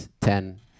ten